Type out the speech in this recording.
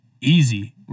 Easy